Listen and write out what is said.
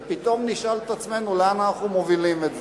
ופתאום נשאל את עצמנו לאן אנחנו מובילים את זה.